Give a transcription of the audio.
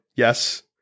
Yes